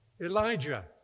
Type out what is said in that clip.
Elijah